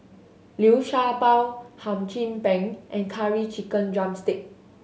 Liu Sha Bao Hum Chim Peng and Curry Chicken drumstick